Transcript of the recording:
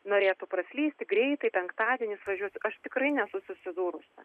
norėtų praslysti greitai penktadienis važiuosiu aš tikrai nesu susidūrusi